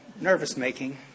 nervous-making